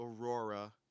Aurora